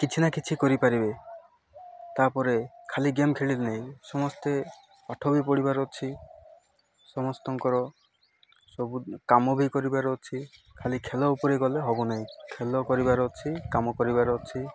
କିଛି ନା କିଛି କରିପାରିବେ ତାପରେ ଖାଲି ଗେମ୍ ଖେଳିଲେ ନାହିଁ ସମସ୍ତେ ପାଠ ବି ପଢିବାର ଅଛି ସମସ୍ତଙ୍କର ସବୁ କାମ ବି କରିବାର ଅଛି ଖାଲି ଖେଲ ଉପରେ ଗଲେ ହବନାହିଁ ଖେଲ କରିବାର ଅଛି କାମ କରିବାର ଅଛି